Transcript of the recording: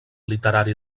literari